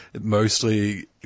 mostly